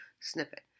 snippet